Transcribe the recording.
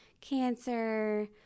cancer